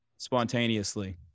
spontaneously